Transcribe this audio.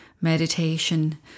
meditation